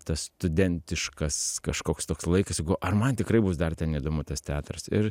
tas studentiškas kažkoks toks laikas jeigu ar man tikrai bus dar ten įdomu tas teatras ir